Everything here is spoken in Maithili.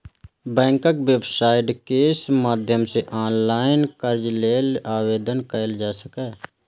बैंकक वेबसाइट केर माध्यम सं ऑनलाइन कर्ज लेल आवेदन कैल जा सकैए